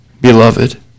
beloved